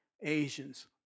Asians